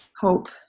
hope